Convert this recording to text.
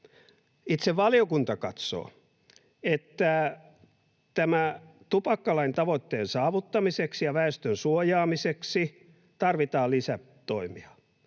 itse valiokunta katsoo, että tämän tupakkalain tavoitteen saavuttamiseksi ja väestön suojaamiseksi tarvitaan lisätoimia,